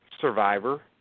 Survivor